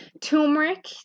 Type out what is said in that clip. turmeric